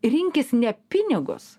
rinkis ne pinigus